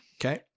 Okay